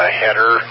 header